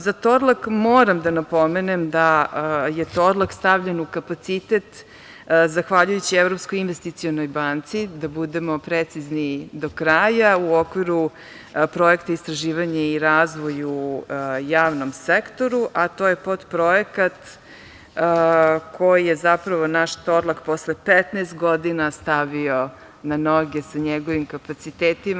Za „Torlak“ moram da napomenem da je „Torlak“ stavljen u kapacitet zahvaljujući Evropskoj investicionoj banci, da budemo precizni do kraja u okviru projekta – „Istraživanje i razvoj u javnom sektoru“, a to je podprojekat koji je zapravo naš „Torlak“ posle 15 godina stavio na noge sa njegovim kapacitetima.